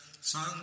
sun